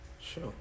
Sure